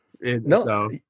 No